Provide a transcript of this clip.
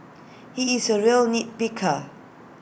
he is A real nit picker